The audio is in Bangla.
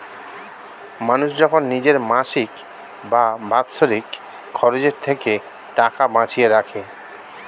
মানুষ যখন নিজের মাসিক বা বাৎসরিক খরচের থেকে টাকা বাঁচিয়ে রাখে